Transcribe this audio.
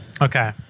Okay